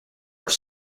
were